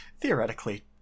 theoretically